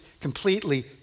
completely